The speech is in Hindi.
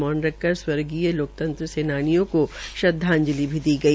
मौन रख कर स्वर्गीय लोकतंत्र सेनानियों को श्रद्वाजंलि भी दी गई